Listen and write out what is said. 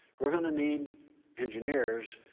we're going to need engineers,